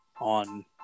on